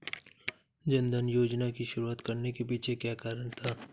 जन धन योजना की शुरुआत करने के पीछे क्या कारण था?